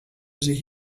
sich